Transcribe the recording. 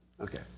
Okay